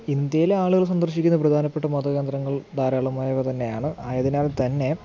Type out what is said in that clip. ഇന്ത്യയിലെ ആളുകൾ സന്ദർശിക്കുന്ന പ്രധാനപ്പെട്ട മത കേന്ദ്രങ്ങൾ ധാരാളമായി ഇവ തന്നെയാണ് ആയതിനാൽ തന്നെ